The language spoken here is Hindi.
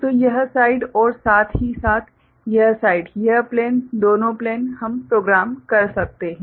तो यह साइड और साथ ही साथ यह साइड यह प्लेन दोनों प्लेन हम प्रोग्राम कर सकते हैं